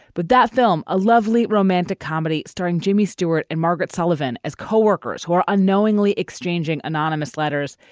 but that film, a lovely romantic comedy starring jimmy stewart and margaret sullivan as coworkers who are unknowingly exchanging anonymous letters,